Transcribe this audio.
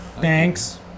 Thanks